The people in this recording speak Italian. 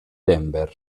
denver